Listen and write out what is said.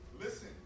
Listen